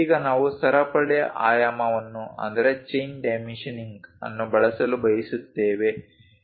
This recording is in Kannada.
ಈಗ ನಾವು ಸರಪಳಿ ಆಯಾಮವನ್ನು ಬಳಸಲು ಬಯಸುತ್ತೇವೆ